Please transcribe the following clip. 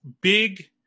big